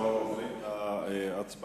אנחנו עוברים להצבעה.